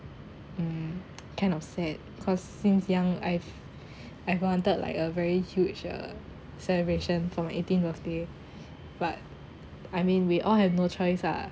um kind of sad because since young I've I wanted like a very huge uh celebration for my eighteenth birthday but I mean we all have no choice ah